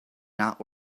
not